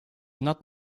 not